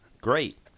Great